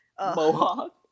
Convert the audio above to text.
Mohawk